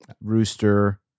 Rooster